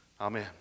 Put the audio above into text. Amen